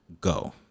go